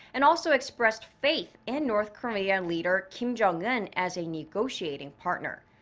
and also expressed faith in north korean leader kim jong-un as a negotiating partner.